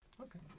Okay